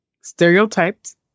stereotyped